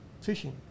fishing